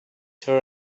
her